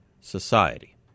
society